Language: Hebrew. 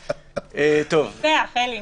הוא ניצח, אלי.